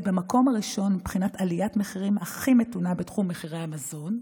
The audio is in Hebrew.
במקום הראשון מבחינת עליית המחירים הכי מתונה בתחום מחירי המזון,